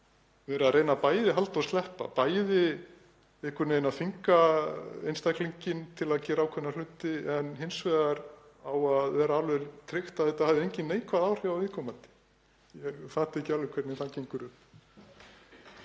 verið að reyna bæði að halda og sleppa, að þvinga einstaklinginn til að gera ákveðna hluti en samt á að vera alveg tryggt að þetta hafi engin neikvæð áhrif á viðkomandi. Ég fatta ekki alveg hvernig það gengur upp.